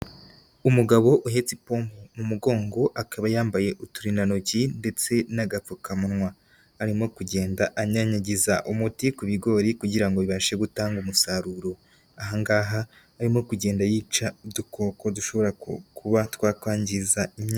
Umugabo uhetse ipombo mu mugongo akaba yambaye uturindantoki ndetse n'agapfukamunwa, arimo kugenda anyanyagiza umuti ku bigori kugira ngo bibashe gutanga umusaruro, aha ngaha arimo kugenda yica udukoko dushobora kuba twakwangiza imyaka.